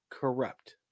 corrupt